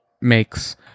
makes